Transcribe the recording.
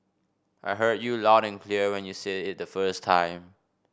I heard you loud and clear when you said it the first time